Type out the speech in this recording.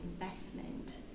investment